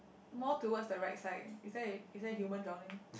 more towards the right side is there is there human drowning